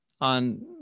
on